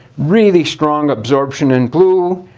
really strong absorption in blue.